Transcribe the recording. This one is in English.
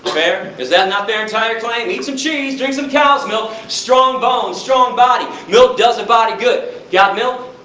fair, is that not their entire claim? eat some cheese. drink some cows milk. strong bones, strong body. milk does a body good. got milk?